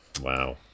Wow